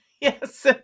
yes